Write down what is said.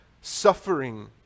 suffering